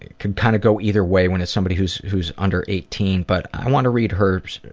ah can kind of go either way when it's somebody who's who's under eighteen but i want to read hers,